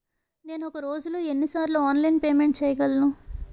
నేను ఒక రోజులో ఎన్ని సార్లు ఆన్లైన్ పేమెంట్ చేయగలను?